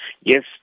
Yes